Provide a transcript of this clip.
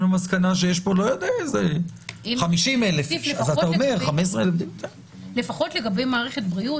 למסקנה שיש פה 50,000. לפחות לגבי מערכת הבריאות,